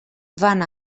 van